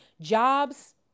Jobs